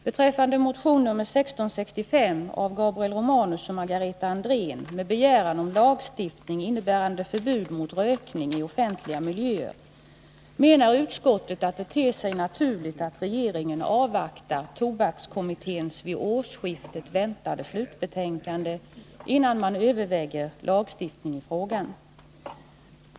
Beträffande motion 1665 av Gabriel Romanus och Margareta Andrén med begäran om lagstiftning innebärande förbud mot rökning i offentliga miljöer menar utskottet, att det ter sig naturligt att regeringen avvaktar tobakskommitténs vid årsskiftet väntade slutbetänkande innan man överväger lagstiftning i frågan.